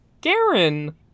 Garen